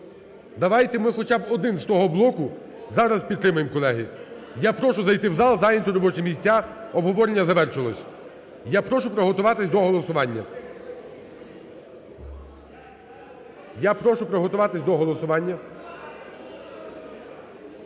Давайте ми хоча б один з того блоку зараз підтримаємо, колеги. Я прошу зайти в зал і зайняти робочі місця, обговорення завершилось. Я прошу приготуватись до голосування, я прошу приготуватись до голосування.